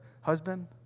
husband